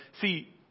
See